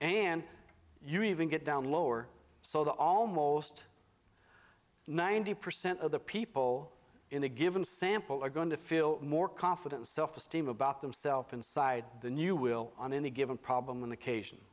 and you even get down lower so that almost ninety percent of the people in a given sample are going to feel more confident self esteem about themself inside the new will on any given problem than the ca